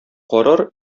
карар